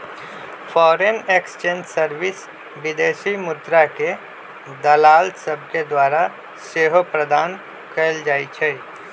foreign exchange service विदेशी मुद्राके दलाल सभके द्वारा सेहो प्रदान कएल जाइ छइ